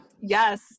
Yes